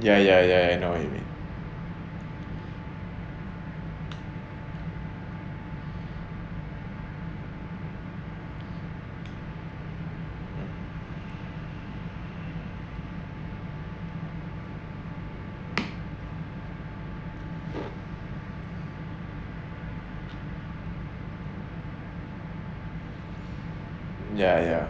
ya ya ya I know what you mean ya ya